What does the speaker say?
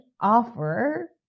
offer